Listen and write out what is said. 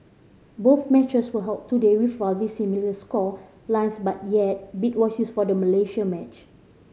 both matches were held today with roughly similar score lines but yet beat was used for the Malaysia match